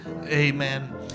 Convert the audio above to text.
Amen